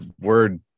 word